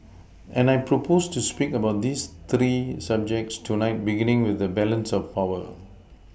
and I propose to speak about these three subjects tonight beginning with the balance of power